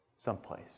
Someplace